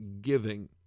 giving